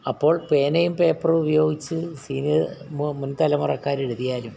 അപ്പോൾ പേനയും പേപ്പറുമുപയോഗിച്ച് സീനിയ മുൻ തലമുറക്കാരെഴുതിയാലും